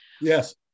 Yes